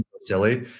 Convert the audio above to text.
silly